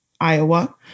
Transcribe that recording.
Iowa